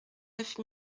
neuf